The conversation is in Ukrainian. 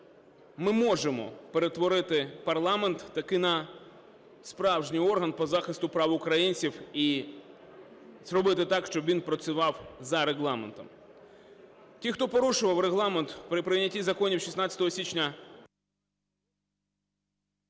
ми можемо перетворити парламент таки на справжній орган по захисту прав українців і зробити так, щоб він працював за Регламентом. Ті, хто порушував Регламент при прийнятті законів 16 січня…